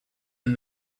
and